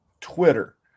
Twitter